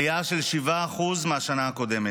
עלייה של 7% מהשנה הקודמת.